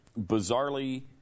bizarrely